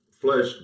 flesh